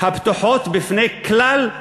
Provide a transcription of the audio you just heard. הפתוחות בפני כלל האזרחים.